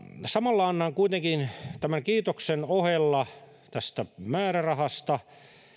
samalla annan kuitenkin tämän kiitoksen ohella määrärahasta